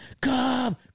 come